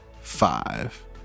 Five